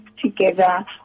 together